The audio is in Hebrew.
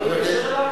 הוא לא התקשר אליו?